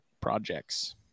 projects